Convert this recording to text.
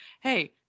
hey